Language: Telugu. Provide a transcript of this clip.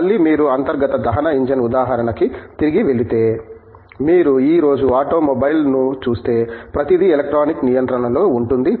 మళ్ళీ మీరు అంతర్గత దహన ఇంజిన్ ఉదాహరణకి తిరిగి వెళితే మీరు ఈ రోజు ఆటోమొబైల్ను చూస్తే ప్రతిదీ ఎలక్ట్రానిక్ నియంత్రణలో ఉంటుంది